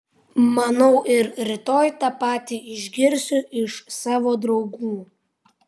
manau ir rytoj tą patį išgirsiu iš savo draugų